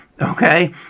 Okay